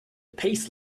peace